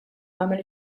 nagħmel